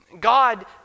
God